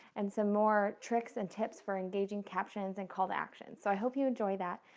and some more tricks and tips for engaging captions and call to actions. so i hope you enjoy that.